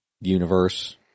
universe